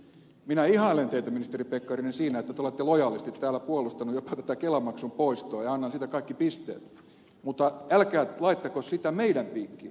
minä ihailen teitä ministeri pekkarinen siinä että te olette lojaalisti täällä puolustanut jopa tätä kelamaksun poistoa ja annan siitä kaikki pisteet mutta älkää laittako sitä meidän piikkiimme